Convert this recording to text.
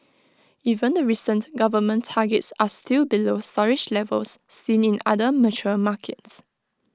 even the recent government targets are still below storage levels seen in other mature markets